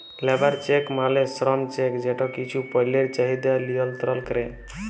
labour check মালে শ্রম check যেট কিছু পল্যের চাহিদা লিয়লত্রল ক্যরে